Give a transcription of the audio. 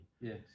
Yes